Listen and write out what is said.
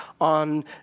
on